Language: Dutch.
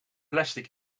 plastic